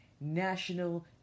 national